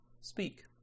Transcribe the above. speak